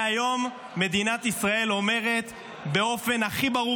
מהיום מדינת ישראל אומרת באופן הכי ברור